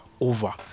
over